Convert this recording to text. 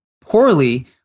poorly